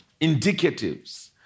indicatives